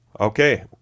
Okay